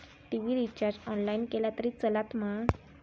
TV recharge online केला तरी चलात मा?